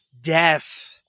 death